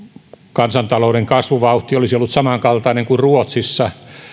kansantalouden kasvuvauhti olisi ollut samankaltainen kuin ruotsissa